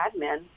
admin